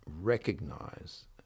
recognize